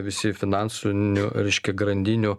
visi finansų reiškia grandinių